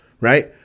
Right